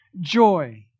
joy